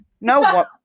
No